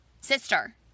Sister